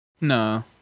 No